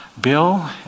Bill